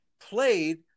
played